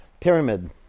Pyramid